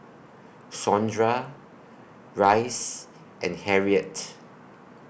Sondra Rhys and Harriette